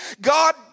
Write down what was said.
God